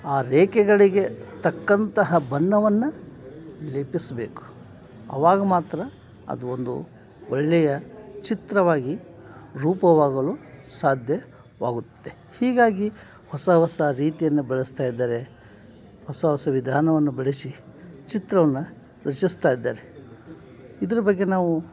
ಆ ರೇಖೆಗಳಿಗೆ ತಕ್ಕಂತಹ ಬಣ್ಣವನ್ನು ಲೇಪಿಸಬೇಕು ಅವಾಗ ಮಾತ್ರ ಅದು ಒಂದು ಒಳ್ಳೆಯ ಚಿತ್ರವಾಗಿ ರೂಪವಾಗಲು ಸಾಧ್ಯವಾಗುತ್ತದೆ ಹೀಗಾಗಿ ಹೊಸ ಹೊಸ ರೀತಿಯನ್ನು ಬಳಸ್ತಾಯಿದ್ದಾರೆ ಹೊಸ ಹೊಸ ವಿಧಾನವನ್ನು ಬಳಸಿ ಚಿತ್ರವನ್ನು ರಚಿಸ್ತಾಯಿದ್ದಾರೆ ಇದ್ರ ಬಗ್ಗೆ ನಾವು